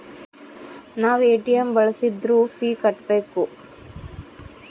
ನಾವ್ ಎ.ಟಿ.ಎಂ ಬಳ್ಸಿದ್ರು ಫೀ ಕಟ್ಬೇಕು